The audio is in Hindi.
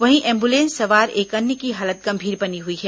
वहीं एंबुलेंस सवार एक अन्य की हालत गंभीर बनी हुई है